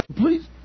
Please